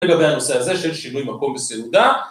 זה לגבי הנושא הזה, של שינוי מקום בסעודה.